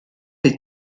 des